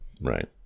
Right